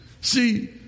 see